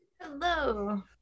Hello